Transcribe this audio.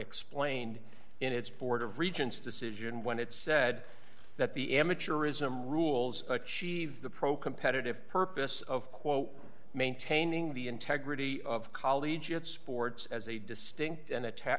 explained in its board of regents decision when it said that the amateurism rules achieve the pro competitive purpose of quote maintaining the integrity of college yet sports as a distinct and attack